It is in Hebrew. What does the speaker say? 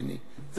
זה הנושא.